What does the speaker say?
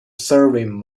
serving